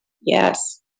Yes